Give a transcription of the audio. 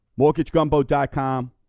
MortgageGumbo.com